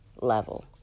level